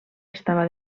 estava